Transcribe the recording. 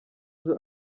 ejo